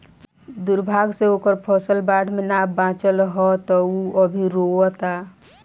दुर्भाग्य से ओकर फसल बाढ़ में ना बाचल ह त उ अभी रोओता